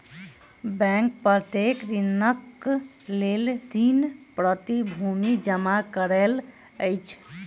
bank प्रत्येक ऋणक लेल ऋण प्रतिभूति जमा करैत अछि